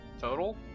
Total